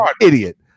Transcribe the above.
idiot